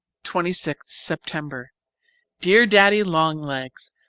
twenty sixth september dear daddy-long-legs,